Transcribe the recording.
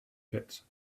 pits